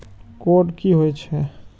Code की होय छै?